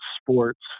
Sports